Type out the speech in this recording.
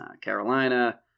Carolina